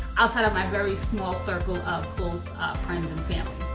outside of my very small circle of close friends and family.